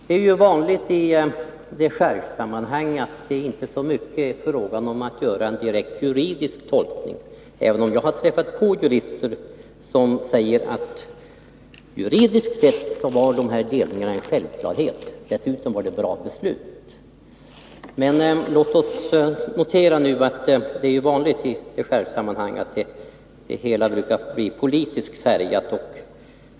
Det är ju vanligt i deschargessammanhang att det inte så mycket är fråga om att göra en direkt juridisk tolkning — även om jag har träffat på jurister som har sagt att delningarna juridiskt sett var en självklarhet, och dessutom var det bra beslut — utan att det hela blir politiskt färgat.